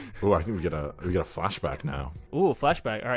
ooh i think we get ah we get a flashback now ooh, flashback, alright,